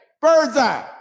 Birdseye